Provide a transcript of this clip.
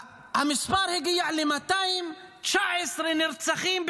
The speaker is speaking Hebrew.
המספר הגיע ל-219 נרצחים,